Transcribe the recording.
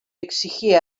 exigía